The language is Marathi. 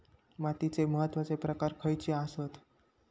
मातीचे महत्वाचे प्रकार खयचे आसत?